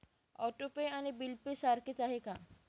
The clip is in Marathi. ऑटो पे आणि बिल पे सारखेच आहे का?